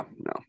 no